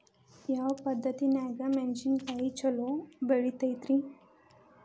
ಯಾವ ಪದ್ಧತಿನ್ಯಾಗ ಮೆಣಿಸಿನಕಾಯಿ ಛಲೋ ಬೆಳಿತೈತ್ರೇ?